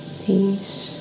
peace